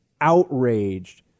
outraged